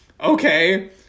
Okay